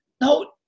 No